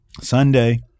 Sunday